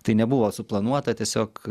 tai nebuvo suplanuota tiesiog